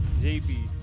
JP